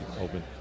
open